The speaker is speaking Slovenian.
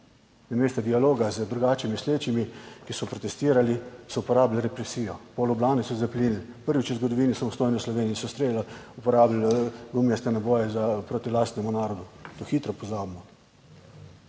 Namesto dialoga z drugače mislečimi, ki so protestirali, so uporabili represijo, v Ljubljani so zaplinili, prvič v zgodovini samostojne Slovenije so streljali, uporabili gumijaste naboje proti lastnemu narodu. To hitro pozabimo.